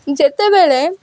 ଯେତେବେଳେ